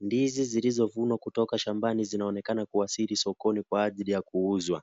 Ndizi zilizovunwa kutoka shambani zinaonekana kuwasili sokoni kwa ajili ya kuuzwa.